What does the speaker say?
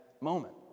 moment